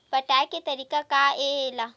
पटाय के तरीका का हे एला?